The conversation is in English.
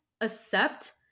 accept